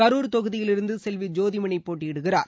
கரூர் தொகுதியிலிருந்து செல்வி ஜோதி மணி போட்டியிடுகிறார்